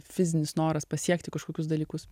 fizinis noras pasiekti kažkokius dalykus